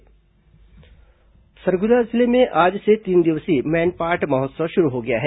मैनपाट महोत्सव सरगुजा जिले में आज से तीन दिवसीय मैनपाट महोत्सव शुरू हो गया है